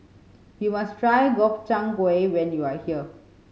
you must try Gobchang Gui when you are here